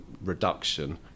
reduction